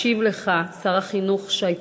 ישיב לך שר החינוך שי פירון.